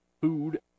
food